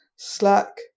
Slack